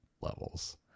levels